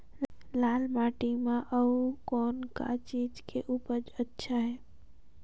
लाल माटी म अउ कौन का चीज के अच्छा उपज है?